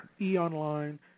E-Online